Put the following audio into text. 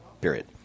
period